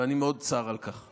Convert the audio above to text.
ואני מאוד מצר על כך.